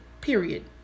Period